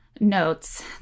notes